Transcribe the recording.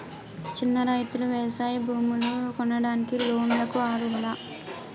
చిన్న రైతులు వ్యవసాయ భూములు కొనడానికి లోన్ లకు అర్హులా?